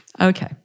Okay